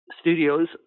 studios